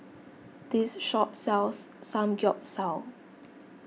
this shop sells Samgyeopsal